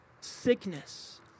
sickness